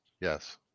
Yes